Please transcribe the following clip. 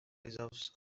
deserves